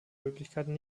möglichkeiten